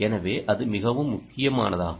எனவே அது மிகவும் முக்கியமானதாகும்